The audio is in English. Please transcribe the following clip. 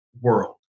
world